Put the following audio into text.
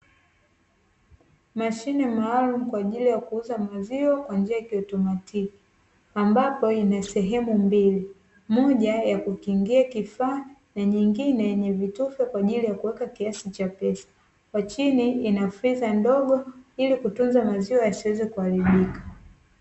Mashine maalumu kwa ajili ya kuuza maziwa kwa njia ya kiautomatiki, ambapo ina sehemu mbili. Moja ya kukingia kifaa na nyingine ni vitufe kwa ajili ya kuweka kiasi cha pesa, kwa chini ina friza ndogo ili kutunza maziwa yasiweze kuharibika.